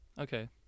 Okay